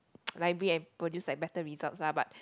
library and produce like better results lah but